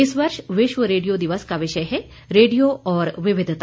इस वर्ष विश्व रेडियो दिवस का विषय है रेडियो और विविधता